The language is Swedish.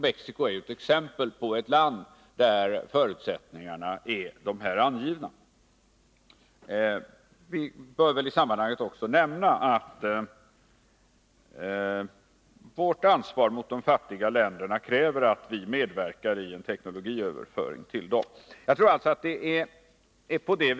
Mexico är ju exempel på ett land där förutsättningarna för svensk export är de som här har angivits. I sammanhanget bör det kanske också nämnas att vårt ansvar för de fattiga länderna kräver att vi medverkar i en överföring av teknologi till dem.